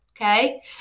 okay